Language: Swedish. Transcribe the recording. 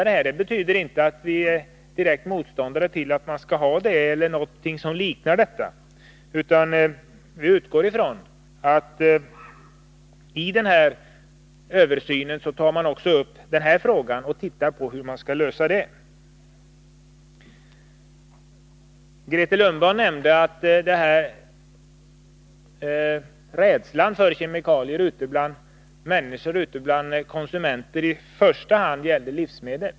Det betyder inte att vi är direkta motståndare till en sådan kommission eller något som liknar den, utan vi utgår från att man i den pågående översynen tar upp också den frågan och ser på hur den skall lösas. Grethe Lundblad nämnde att rädslan för kemikalier ute bland konsumenterna i första hand gäller livsmedel.